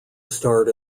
starred